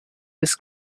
his